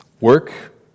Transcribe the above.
Work